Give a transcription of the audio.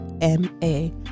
M-A